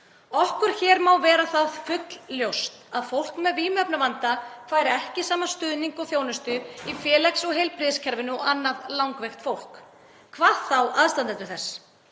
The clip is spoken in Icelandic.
Okkur hér má vera það fullljóst að fólk með vímuefnavanda fær ekki sama stuðning og þjónustu í félags- og heilbrigðiskerfinu og annað langveikt fólk, hvað þá aðstandendur þess.